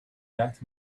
that